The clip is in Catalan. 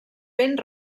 ben